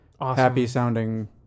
happy-sounding